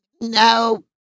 no